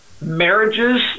marriages